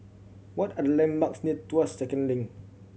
what are the landmarks near Tuas Second Link